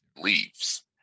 leaves